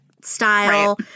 style